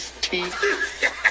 teeth